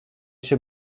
się